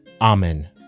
Amen